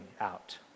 out